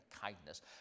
kindness